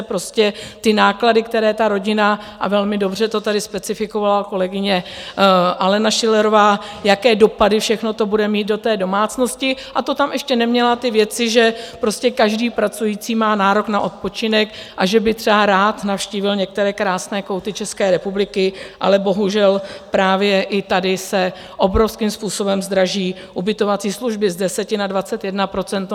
Prostě náklady, které ta rodina a velmi dobře to tady specifikovala kolegyně Alena Schillerová, jaké dopady to všechno bude mít do té domácnosti, a to tam ještě neměla ty věci, že prostě každý pracující má nárok na odpočinek a že by třeba rád navštívil některé krásné kouty České republiky, ale bohužel právě i tady se obrovským způsobem zdraží ubytovací služby z 10 na 21 %.